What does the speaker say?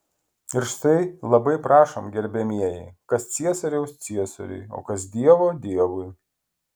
ir štai labai prašom gerbiamieji kas ciesoriaus ciesoriui o kas dievo dievui